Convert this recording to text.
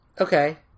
Okay